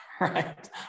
right